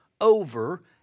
over